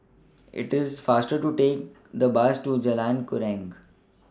IT IS faster to Take The Bus to Jalan Keruing